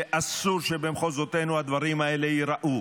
ואסור שבמחוזותינו הדברים האלה ייראו,